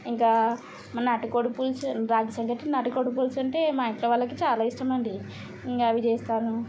ఇంకా మా నాటు కోడి పులుసు రాగి సంకటి నాటు కోడి పులుసు అంటే మా ఇంట్లో వాళ్ళకి చాలా ఇష్టం అండి ఇంకా అవి చేస్తాను